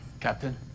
Captain